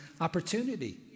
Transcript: opportunity